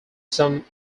some